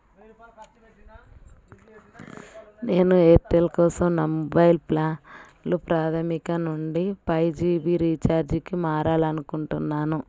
నేను ఎయిర్టెల్ కోసం నా మొబైల్ ప్లాన్లు ప్రాథమిక నుండి ఫైవ్ జీ బీ రీఛార్జికి మారాలి అనుకుంటున్నాను